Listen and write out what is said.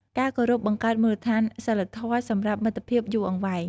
ការគោរពបង្កើតមូលដ្ឋានសីលធម៌សម្រាប់មិត្តភាពយូរអង្វែង។